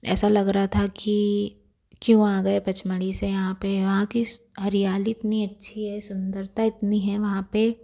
ऐसा लग रहा था कि क्यों आ गए पंचमढ़ी से यहाँ पर वहाँ की हरियाली इतनी अच्छी है सुंदरता इतनी है वहाँ पे